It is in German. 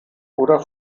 oder